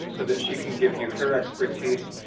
so that she can give you her expertise.